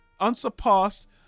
unsurpassed